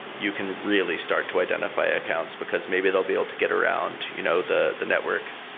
you can really start to identify accounts, because maybe they'll be able to get around you know the the network